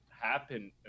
happen